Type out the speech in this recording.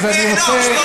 אז אני רוצה,